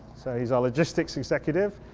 he's our logistics executive,